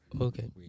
Okay